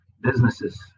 businesses